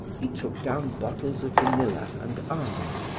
he took down bottles of vanilla and almond,